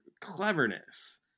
cleverness